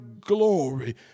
glory